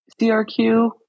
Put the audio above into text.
CRQ